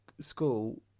school